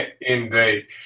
Indeed